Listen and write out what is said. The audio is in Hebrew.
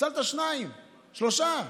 הצלת שניים-שלושה,